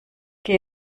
geh